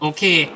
Okay